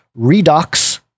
redox